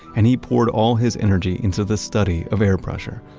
and he poured all his energy into the study of air pressure.